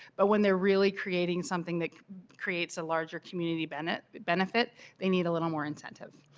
but when they are really creating something that creates a larger community benefit but benefit they need a little more incentive.